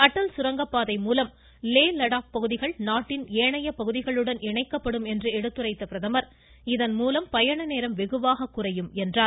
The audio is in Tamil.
அடல் சுரங்கபாதை மூலம் லே லடாக் பகுதிகள் நாட்டின் ஏனைய பகுதிகளுடன் இணைக்கப்படும் என்று எடுத்துரைத்த பிரதமர் இதன் மூலம் பயண நேரம் வெகுவாக குறையும் என்றும் கூறினார்